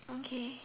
okay